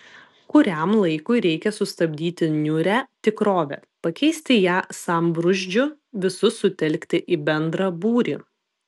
kuriam laikui reikia sustabdyti niūrią tikrovę pakeisti ją sambrūzdžiu visus sutelkti į bendrą būrį